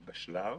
למשל,